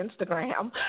Instagram